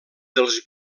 dels